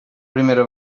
primera